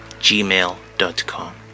gmail.com